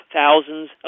thousands